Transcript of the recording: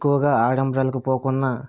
ఎక్కువగా ఆడంబరాలకు పోకున్నా